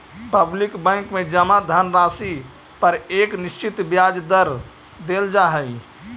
public bank में जमा धनराशि पर एक निश्चित ब्याज दर देल जा हइ